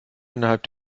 innerhalb